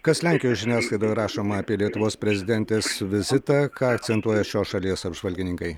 kas lenkijos žiniasklaidoje rašoma apie lietuvos prezidentės vizitą ką akcentuoja šios šalies apžvalgininkai